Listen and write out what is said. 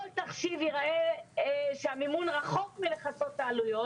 כל תחשיב יראה שהמימון רחוק מלכסות את העלויות.